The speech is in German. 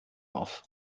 auf